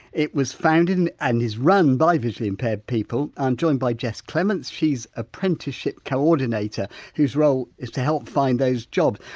it was founded and and is run by visually impaired people. i'm joined by jess clements, she's apprenticeship coordinator, whose role is to help find those jobs.